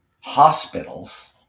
hospitals